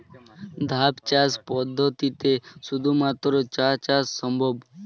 ধাপ চাষ পদ্ধতিতে শুধুমাত্র চা চাষ সম্ভব?